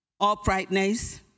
uprightness